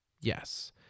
yes